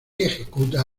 ejecuta